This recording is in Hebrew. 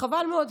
חבל מאוד,